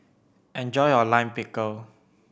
enjoy your Lime Pickle